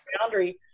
boundary